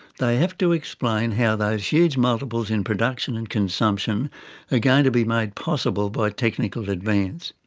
they have to explain how those huge multiples in production and consumption are going to be made possible by technical advance.